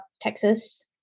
Texas